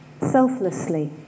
selflessly